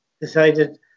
decided